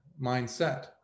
mindset